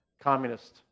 communist